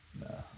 no